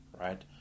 right